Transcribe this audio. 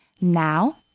Now